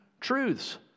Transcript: truths